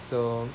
so